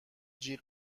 جیغ